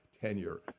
tenure